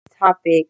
topic